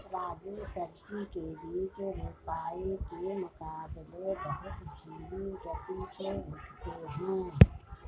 राजू सब्जी के बीज रोपाई के मुकाबले बहुत धीमी गति से उगते हैं